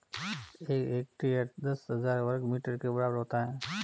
एक हेक्टेयर दस हज़ार वर्ग मीटर के बराबर होता है